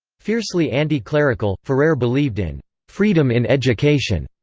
fiercely anti-clerical, ferrer believed in freedom in education,